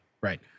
Right